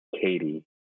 katie